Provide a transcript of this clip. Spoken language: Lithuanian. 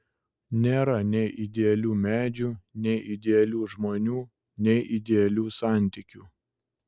nėra nei idealių medžių nei idealių žmonių nei idealių santykių